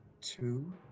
two